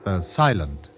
silent